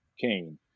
cain